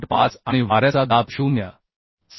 5 आणि वाऱ्याचा दाब 0